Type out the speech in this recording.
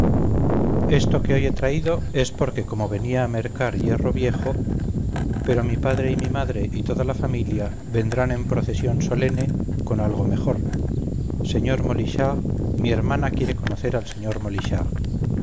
esto que hoy he traído es porque como venía a mercar hierro viejo pero mi padre y mi madre y toda la familia vendrán en procesión solene con algo mejor sr molichard mi hermana quiere conocer al sr